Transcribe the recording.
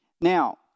Now